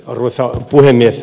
arvoisa puhemies